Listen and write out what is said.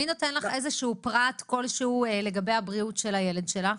מי נותן לך פרט כלשהו לגבי הבריאות של הילד שלך?